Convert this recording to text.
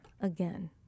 again